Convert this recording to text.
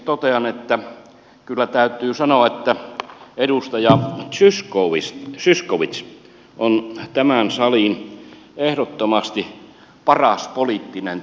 totean että kyllä täytyy sanoa että edustaja zyskowicz on tämän salin ehdottomasti paras poliittinen taktikko